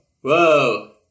Whoa